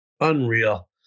Unreal